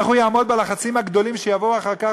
איך הוא יעמוד בלחצים הגדולים שיבואו אחר כך,